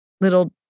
little